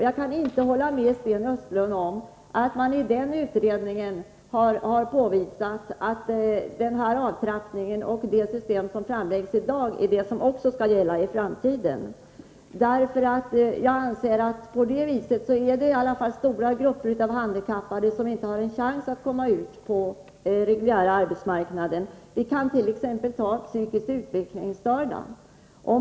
Jag kan inte hålla med Sten Östlund om att man i denna utredning har påvisat att den avtrappning och det system som framläggs i dag också är det som skall gälla i framtiden. Jag anser nämligen att det är stora grupper handikappade som därmed inte har en chans att komma ut på den reguljära arbetsmarknaden. Det gäller t.ex. psykiskt utvecklingsstörda.